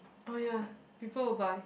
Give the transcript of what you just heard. oh ya people will buy